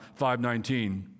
5.19